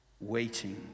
waiting